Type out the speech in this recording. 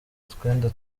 utwenda